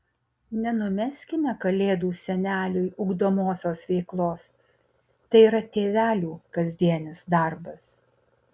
nenumeskime kalėdų seneliui ugdomosios veiklos tai yra tėvelių kasdienis darbas